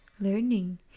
learning